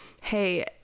hey